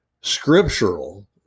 scriptural